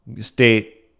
state